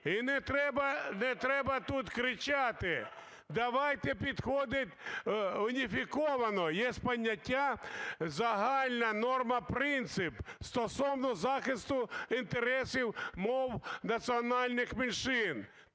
не треба тут кричати. Давайте підходити уніфіковано. Є поняття "загальна норма, принцип" стосовно захисту інтересів мов національних меншин.